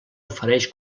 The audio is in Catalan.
ofereix